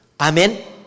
Amen